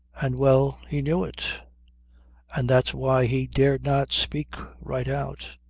and well he knew it and that's why he dared not speak right out.